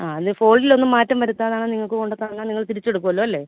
ആ അല്ലെങ്കിൽ മാറ്റം വരുത്താതെ ആണെങ്കിൽ നിങ്ങൾക്ക് കൊണ്ടുത്തന്നാൽ നിങ്ങൾ തിരിച്ചെടുക്കുമല്ലൊ അല്ലേ